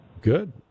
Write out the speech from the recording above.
Good